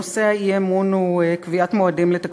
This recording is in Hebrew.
נושא האי-אמון הוא קביעת מועדים להגשת